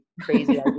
crazy